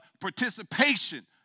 participation